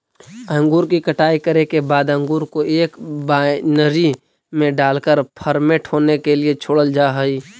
अंगूर की कटाई करे के बाद अंगूर को एक वायनरी में डालकर फर्मेंट होने के लिए छोड़ल जा हई